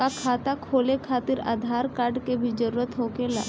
का खाता खोले खातिर आधार कार्ड के भी जरूरत होखेला?